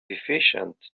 efficient